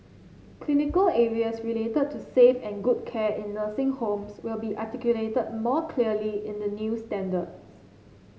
clinical areas related to safe and good care in nursing homes will be articulated more clearly in the new standards